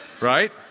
right